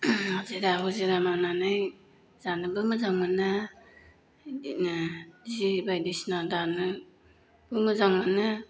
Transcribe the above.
हाजिरा हुजिरा मावनानै जानोबो मोजां मोनो बिदिनो जि बायदिसिना दानोबो मोजां मोनो